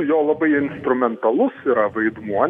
jo labai instrumentalus yra vaidmuo